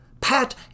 Pat